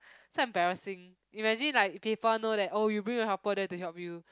so embarrassing imagine like people know that oh you bring your helper there to help you